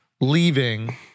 leaving